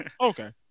Okay